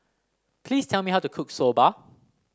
please tell me how to cook Soba